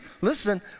Listen